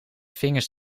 vingers